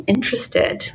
Interested